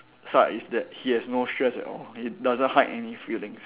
side is that he has no stress at all he doesn't hide any feelings